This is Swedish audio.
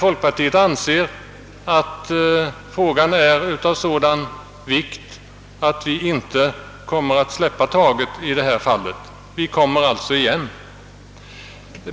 Folkpartiet anser nämligen att frågan är av sådan vikt att vi inte kommer att släppa taget i detta fall. Vi kommer alltså igen.